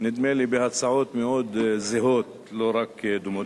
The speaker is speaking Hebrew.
נדמה לי בהצעות זהות, לא רק דומות.